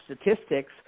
statistics